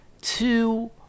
two